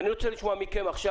אני רוצה לשמוע מכן עכשיו,